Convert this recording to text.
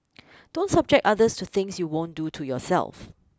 don't subject others to things you won't do to yourself